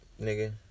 nigga